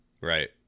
Right